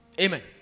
Amen